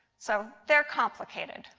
so they are complicated.